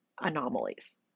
anomalies